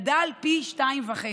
גדל פי שניים וחצי,